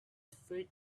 faint